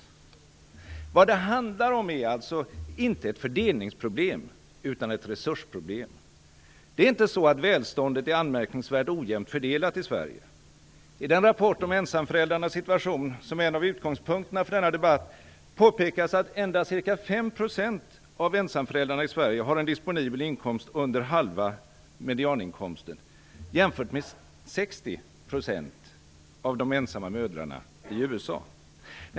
Vad det handlar om är således inte ett fördelningsproblem utan ett resursproblem. Det är inte så att välståndet är anmärkningsvärt ojämnt fördelat i Sverige. I den rapport om ensamföräldrarnas situation som är en av utgångspunkterna för denna debatt påpekas att endast ca 5 procent av ensamföräldrarna i Sverige har en disponibel inkomst under halva medianinkomsten, jämfört med 60 procent av de ensamma mödrarna i USA.